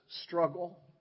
struggle